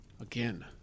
Again